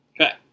Okay